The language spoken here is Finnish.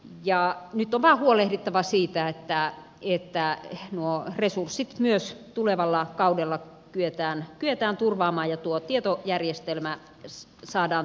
nyt on vain huolehdittava siitä että nuo resurssit myös tulevalla kaudella kyetään turvaamaan ja tuo tietojärjestelmä saadaan toimimaan